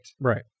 right